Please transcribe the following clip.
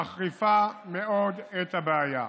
מחריפה מאוד את הבעיה.